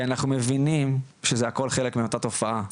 כי אנחנו מבינים שזה הכול חלק מאותה תופעה,